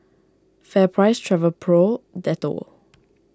FairPrice Travelpro Dettol